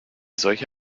solche